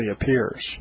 appears